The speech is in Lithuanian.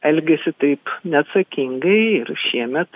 elgiasi taip neatsakingai ir šiemet